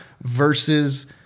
versus